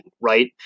right